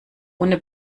ohne